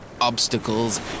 obstacles